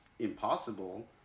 Impossible